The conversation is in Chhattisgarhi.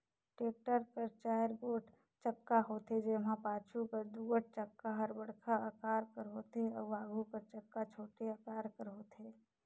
टेक्टर कर चाएर गोट चक्का होथे, जेम्हा पाछू कर दुगोट चक्का हर बड़खा अकार कर होथे अउ आघु कर चक्का छोटे अकार कर होथे